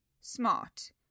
smart